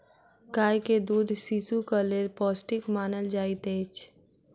गाय के दूध शिशुक लेल पौष्टिक मानल जाइत अछि